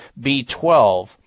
B12